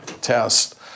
test